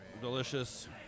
delicious